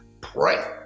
pray